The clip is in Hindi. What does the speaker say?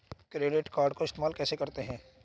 क्रेडिट कार्ड को इस्तेमाल कैसे करते हैं?